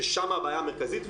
ששם הבעיה המרכזית,